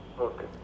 Okay